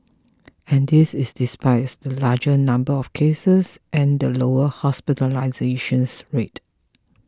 and this is despite the larger number of cases and the lower hospitalisation rate